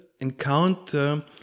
encounter